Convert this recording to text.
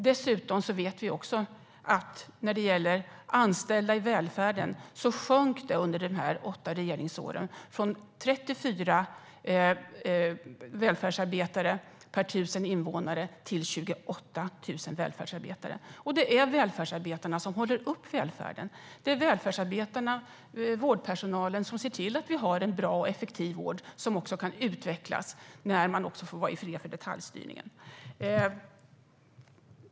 Dessutom vet vi att antalet anställda i välfärden minskade under dessa åtta regeringsår, från 34 välfärdsarbetare per 1 000 invånare till 28 välfärdsarbetare per 1 000 invånare. Det är välfärdsarbetarna som upprätthåller välfärden. Det är välfärdsarbetarna och vårdpersonalen som ser till att vi har en bra och effektiv vård som också kan utvecklas när man får vara i fred för detaljstyrning.